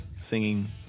singing